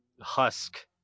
husk